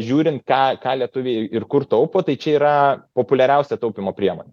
žiūrint ką ką lietuviai ir kur taupo tai čia yra populiariausia taupymo priemonė